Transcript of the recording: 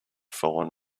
fallen